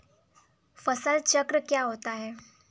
फसल चक्र क्या होता है?